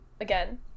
again